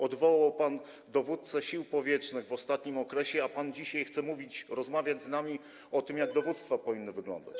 Odwołał pan dowódcę Sił Powietrznych w ostatnim okresie, a dzisiaj chce rozmawiać z nami o tym, jak dowództwa powinny wyglądać.